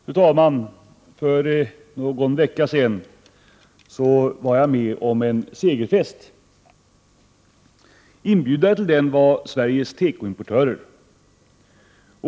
Fru talman! För någon vecka sedan var jag med om en segerfest. Inbjudare till den var Sveriges tekoimportörer.